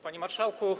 Panie Marszałku!